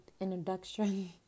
introduction